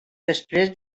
després